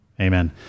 Amen